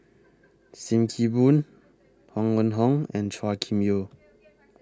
SIM Kee Boon Huang Wenhong and Chua Kim Yeow